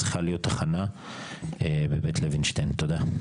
צריכה להיות תחנה בבית לוינשטיין, תודה.